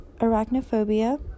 arachnophobia